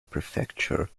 prefecture